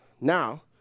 Now